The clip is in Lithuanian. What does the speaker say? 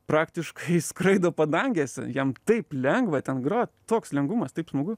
praktiškai skraido padangėse jam taip lengva ten grot toks lengvumas taip smagu